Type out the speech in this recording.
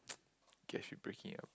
okay I should break it up